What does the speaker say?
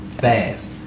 fast